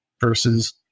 versus